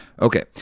Okay